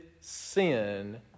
sin